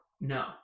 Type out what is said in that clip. No